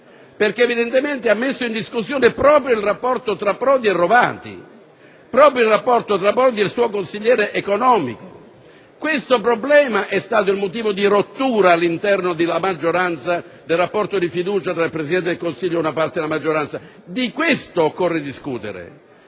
sì; evidentemente, ha messo in discussione proprio il rapporto tra Prodi e Rovati, proprio il rapporto tra Prodi e il suo consigliere economico. Questo problema è stato il motivo di una rottura del rapporto di fiducia tra il Presidente del Consiglio e una parte della sua maggioranza: di ciò occorre discutere.